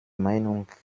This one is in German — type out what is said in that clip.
meinung